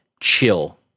chill